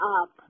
up